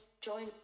join